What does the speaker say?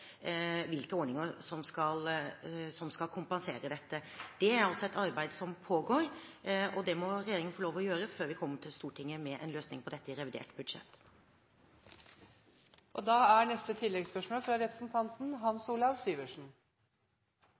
ordninger som skal kompensere dette. Det er altså et arbeid som pågår, og det må regjeringen få lov til å gjøre før den kommer til Stortinget med en løsning på dette i revidert budsjett. Hans Olav Syversen – til oppfølgingsspørsmål. Mitt oppfølgingsspørsmål er